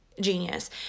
Genius